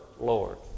Lord